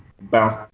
bounce